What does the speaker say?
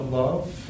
love